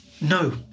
No